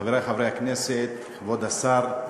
חברי חברי הכנסת, כבוד השר,